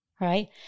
Right